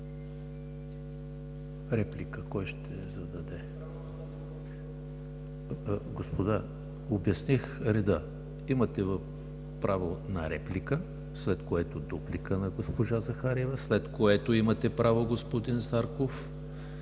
ЕМИЛ ХРИСТОВ: Господа, обясних реда: имате право на реплика, след което дуплика на госпожа Захариева, след което имате право, господин Зарков,